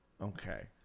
Okay